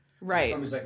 Right